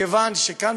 מכיוון שכאן,